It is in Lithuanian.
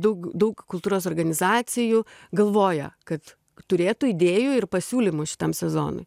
daug daug kultūros organizacijų galvoja kad turėtų idėjų ir pasiūlymų šitam sezonui